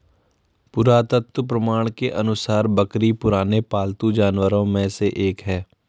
पुरातत्व प्रमाण के अनुसार बकरी पुराने पालतू जानवरों में से एक है